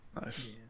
Nice